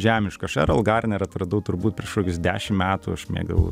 žemiška aš erol garner atradau turbūt prieš kokius dešim metų aš mėgau